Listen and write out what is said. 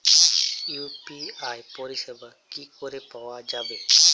UPI পরিষেবা কি করে পাওয়া যাবে?